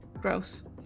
Gross